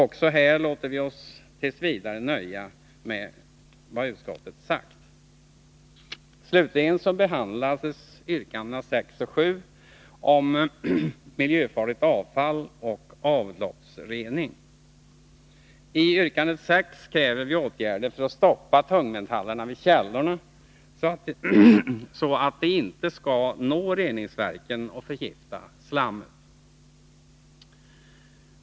Också här låter vi oss t. v. nöja med detta. Slutligen behandlas yrkandena 6 och 7 om miljöfarligt avfall och avloppsrening. I yrkandet 6 kräver vi åtgärder för att stoppa tungmetallerna vid källorna, så att de inte skall nå reningsverken och förgifta slammet.